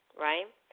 right